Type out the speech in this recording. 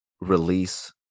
release